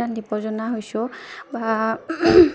ৰান্ধিব জনা হৈছোঁ বা